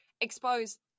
expose